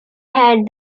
had